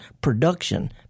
production